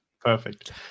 perfect